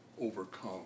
overcome